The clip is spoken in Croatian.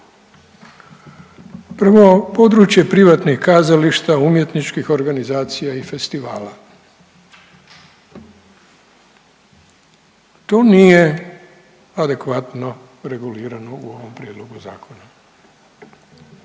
Prvo, područje privatnih kazališta, umjetničkih organizacija i festivala, to nije adekvatno regulirano u ovom prijedlogu zakona,